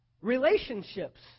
relationships